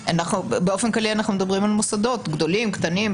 באופן כללי אנחנו מדברים על מוסדות גדולים, קטנים,